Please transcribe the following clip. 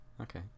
okay